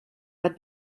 had